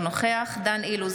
אינו נוכח דן אילוז,